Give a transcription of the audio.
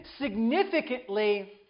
significantly